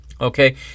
Okay